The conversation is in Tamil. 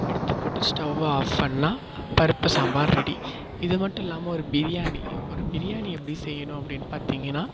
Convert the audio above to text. எடுத்துப்போட்டு ஸ்டவ் ஆஃப் பண்ணால் பருப்பு சாம்பார் ரெடி இது மட்டும் இல்லாமல் ஒரு பிரியாணி ஒரு பிரியாணி எப்படி செய்யணும் அப்படினு பார்த்திங்கனா